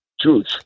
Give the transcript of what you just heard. truth